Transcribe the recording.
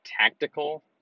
tactical